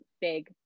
big